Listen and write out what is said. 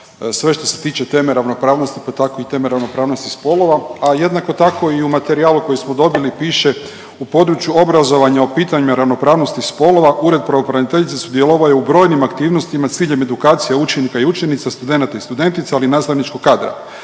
sve što se tiče teme ravnopravnosti, pa tako i teme ravnopravnosti spolova, a jednako tako i u materijalu koji smo dobili piše u području obrazovanja o pitanjima ravnopravnosti spolova ured pravobraniteljice sudjelovao je u brojnim aktivnostima s ciljem edukacije učenika i učenica, studenata i studentica, ali i nastavničkog kadra.